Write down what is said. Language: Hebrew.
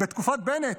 בתקופת בנט.